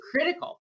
critical